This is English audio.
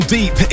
Deep